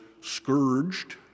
scourged